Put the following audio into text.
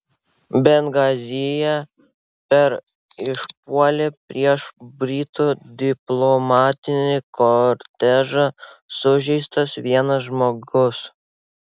bengazyje per išpuolį prieš britų diplomatinį kortežą sužeistas vienas žmogus